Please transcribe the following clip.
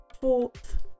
fourth